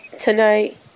tonight